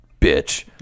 bitch